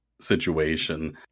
situation